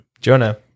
Jonah